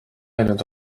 läinud